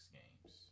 games